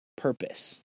purpose